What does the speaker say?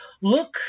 look